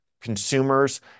consumers